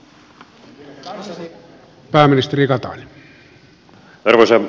arvoisa puhemies